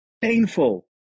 painful